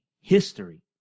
history